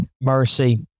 mercy